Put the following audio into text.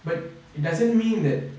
but it doesn't mean that